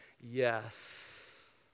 yes